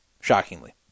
shockingly